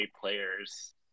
players